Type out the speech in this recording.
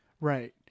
right